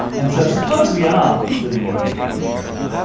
and so suppose we are living in the objective present,